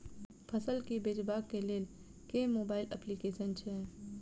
फसल केँ बेचबाक केँ लेल केँ मोबाइल अप्लिकेशन छैय?